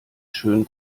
schön